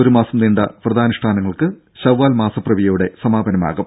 ഒരു മാസം നീണ്ട വ്രതാനുഷ്ഠാനങ്ങൾക്ക് ശവ്വാൽ മാസപ്പിറവിയോടെ സമാപനമാകും